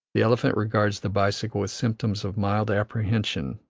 the elephant regards the bicycle with symptoms of mild apprehension,